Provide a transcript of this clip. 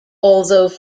although